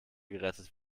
gerettet